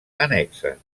annexes